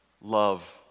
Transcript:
love